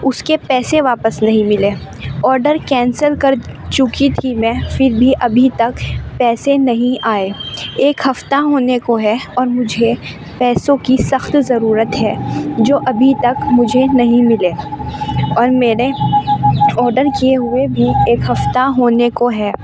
اس کے پیسے واپس نہیں ملے آڈر کینسل کر چکی تھی میں پھر بھی ابھی تک پیسے نہیں آئے ایک ہفتہ ہونے کو ہے اور مجھے پیسوں کی سخت ضرورت ہے جو ابھی تک مجھے نہیں ملے اور میرے آڈر کیے ہوئے بھی ایک ہفتہ ہونے کو ہے